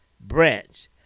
branch